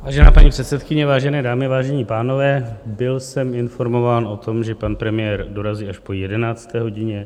Vážená paní předsedkyně, vážené dámy, vážení pánové, byl jsem informován o tom, že pan premiér dorazí až po 11. hodině.